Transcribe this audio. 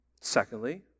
Secondly